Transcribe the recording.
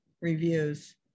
reviews